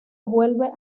vuelve